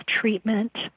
treatment